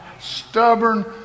Stubborn